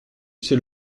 c’est